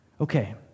Okay